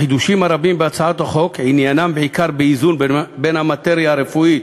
החידושים הרבים בהצעת החוק עניינם בעיקר באיזון בין המאטריה הרפואית